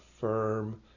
firm